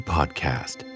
Podcast